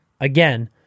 again